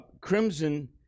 Crimson